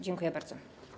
Dziękuję bardzo.